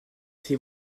s’il